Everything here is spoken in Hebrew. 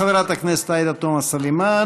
חברת הכנסת עאידה תומא סלימאן.